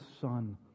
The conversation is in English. Son